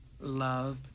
Love